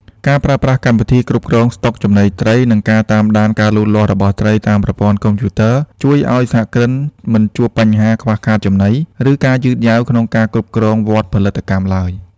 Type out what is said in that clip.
ការចេះប្រើប្រាស់កម្មវិធីគ្រប់គ្រងស្តុកចំណីត្រី និងការតាមដានការលូតលាស់របស់ត្រីតាមប្រព័ន្ធកុំព្យូទ័រ ជួយឱ្យសហគ្រិនមិនជួបបញ្ហាខ្វះខាតចំណី ឬការយឺតយ៉ាវក្នុងការគ្រប់គ្រងវដ្តផលិតកម្មឡើយ។